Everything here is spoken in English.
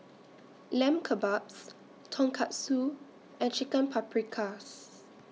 Lamb Kebabs Tonkatsu and Chicken Paprikas